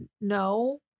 no